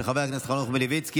של חבר הכנסת חנוך מלביצקי,